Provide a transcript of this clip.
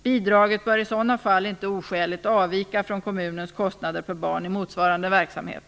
Bidraget bör i sådana fall inte oskäligt avvika från kommunens kostnader per barn i motsvarande verksamhet.